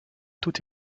tout